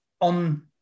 on